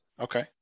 okay